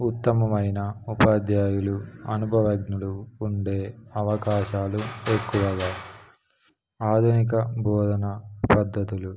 ఉత్తమమైన ఉపాధ్యాయులు అనుభవజ్ఞులు ఉండే అవకాశాలు ఎక్కువగా ఆధునిక బోధన పద్ధతులు